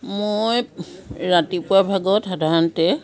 মই ৰাতিপুৱা ভাগত সাধাৰণতে